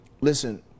Listen